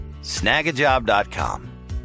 snagajob.com